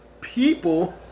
people